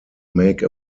make